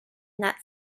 that